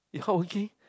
you hardworking